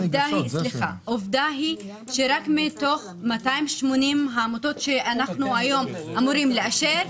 עובדה היא שרק מתוך 280 העמותות שאנחנו היום אמורים לאשר,